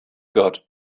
got